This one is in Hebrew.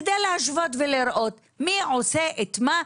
כדי להשוות ולראות מי עושה מה,